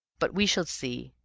but we shall see,